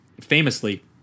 famously